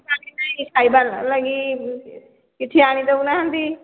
କିଛି ନାଇଁ ଖାଇବାର ଲାଗି କିଛି ଆଣି ଦେଉନାହାଁନ୍ତି